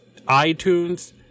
iTunes